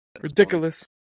Ridiculous